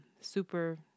Super